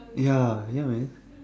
ya ya man